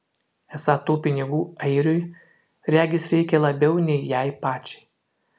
esą tų pinigų airiui regis reikia labiau nei jai pačiai